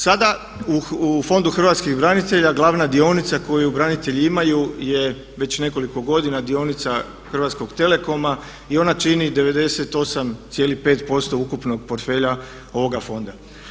Sada u Fondu hrvatskih branitelja glavna dionica koju branitelji imaju je već nekoliko godina dionica Hrvatskog telekoma i ona čini 98,5% ukupnog portfelja ovoga fonda.